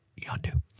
Yondu